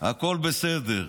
הכול בסדר.